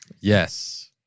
Yes